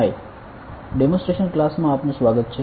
high demonstration ક્લાસમાં આપનું સ્વાગત છે